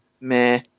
meh